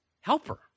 helper